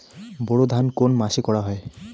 বোরো ধান কোন মাসে করা হয়?